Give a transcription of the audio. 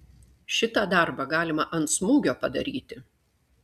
šitą darbą galima ant smūgio padaryti